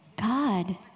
God